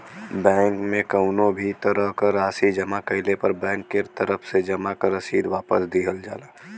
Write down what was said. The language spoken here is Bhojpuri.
बैंक में कउनो भी तरह क राशि जमा कइले पर बैंक के तरफ से जमा क रसीद वापस दिहल जाला